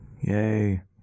Yay